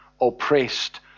oppressed